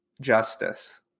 justice